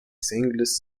singles